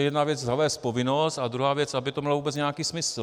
Jedna věc je zavést povinnost a druhá věc, aby to mělo nějaký smysl.